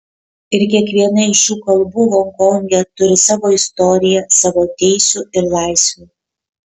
ir kiekviena iš šių kalbų honkonge turi savo istoriją savo teisių ir laisvių